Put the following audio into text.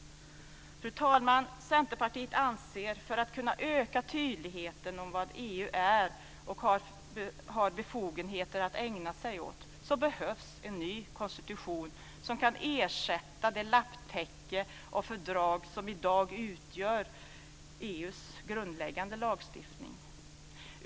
Fru talman! Centerpartiet anser att det för att man ska kunna öka tydligheten om vad EU är och har befogenheter att ägna sig åt behövs en ny konstitution som kan ersätta det lapptäcke av fördrag som i dag utgör EU:s grundläggande lagstiftning.